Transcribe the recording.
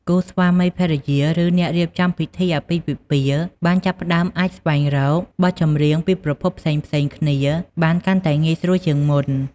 គូស្វាមីភរិយា ឬអ្នករៀបចំពិធីអាពាហ៍ពិពាហ៍បានចាប់ផ្ដើមអាចស្វែងរកបទចម្រៀងពីប្រភពផ្សេងៗគ្នាបានកាន់តែងាយស្រួលជាងមុន។